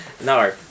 No